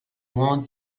moins